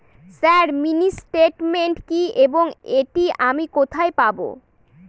Sir mini statement কি এবং এটি আমি কোথায় পাবো?